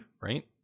right